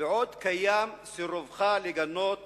בעוד קיים סירובך לגנות